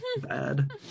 bad